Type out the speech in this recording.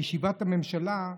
בישיבת הממשלה,